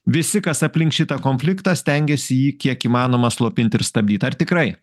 visi kas aplink šitą konfliktą stengiasi jį kiek įmanoma slopint ir stabdyt ar tikrai